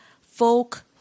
folk